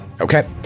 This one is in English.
Okay